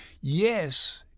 Yes